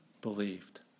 believed